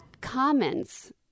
comments